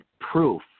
proof